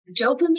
dopamine